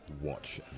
watch